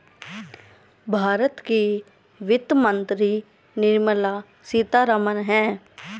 भारत की वित्त मंत्री निर्मला सीतारमण है